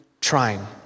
trying